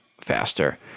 faster